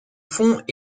fonds